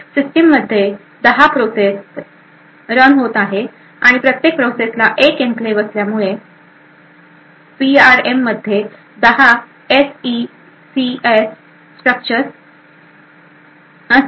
सिस्टममध्ये 10 process process run होत आहे आणि प्रत्येक प्रोसेसला एक एन्क्लेव्ह असेल तर त्यामुळे पीआरएममध्ये 10 एसईसीएस स्ट्रक्चरस असतील